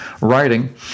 writing